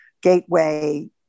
Gateway